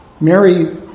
Mary